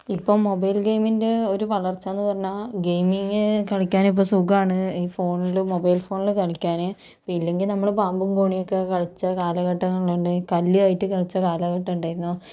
ഇപ്പം മൊബൈൽ ഗെയിമിൻ്റെ ഒരു വളർച്ച എന്ന് പറഞ്ഞാൽ ഗെയിമിംഗ് കളിയ്ക്കാൻ ഇപ്പോൾ സുഖമാണ് ഈ ഫോണില് മൊബൈൽ ഫോണില് കളിക്കാന് ഇല്ലെങ്കിൽ നമ്മള് പാമ്പും കോണിയും ഒക്കെ കളിച്ച കാലഘട്ടങ്ങൾ ഉണ്ടായിരുന്നു കല്ല് ആയിട്ട് കളിച്ച കാലഘട്ടം ഉണ്ടായിരുന്നു